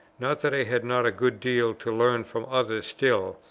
not that i had not a good deal to learn from others still,